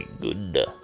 good